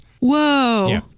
Whoa